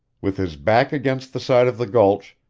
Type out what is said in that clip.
with his back against the side of the gulch,